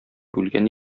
үлгән